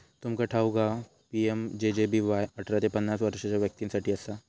तुमका ठाऊक हा पी.एम.जे.जे.बी.वाय अठरा ते पन्नास वर्षाच्या व्यक्तीं साठी असा